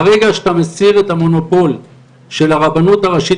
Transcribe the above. ברגע שאתה מסיר את המונופול של הרבנות הראשית